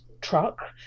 truck